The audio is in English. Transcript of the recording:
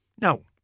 No